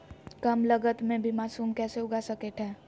कम लगत मे भी मासूम कैसे उगा स्केट है?